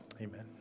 Amen